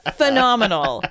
phenomenal